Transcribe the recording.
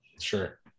Sure